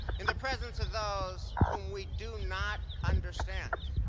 in the presence of those whom we do not understand,